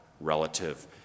relative